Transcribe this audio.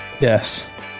yes